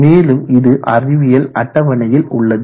மேலும் இது அறிவியல் அட்டவணையில் உள்ளது